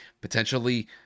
potentially